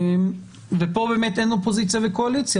פה באמת אין אופוזיציה וקואליציה,